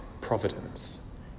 providence